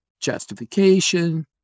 justification